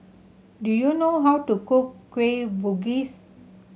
do you know how to cook Kueh Bugis